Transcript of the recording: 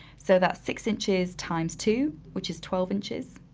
so that's six inches times two which is twelve inches.